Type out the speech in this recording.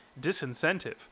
disincentive